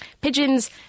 Pigeons